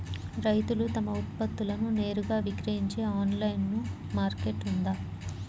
రైతులు తమ ఉత్పత్తులను నేరుగా విక్రయించే ఆన్లైను మార్కెట్ ఉందా?